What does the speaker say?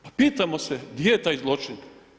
Pa pitamo se gdje je taj zločin?